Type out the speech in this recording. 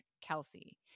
Kelsey